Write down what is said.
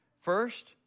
First